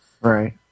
Right